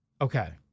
Okay